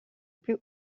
plus